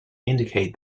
indicate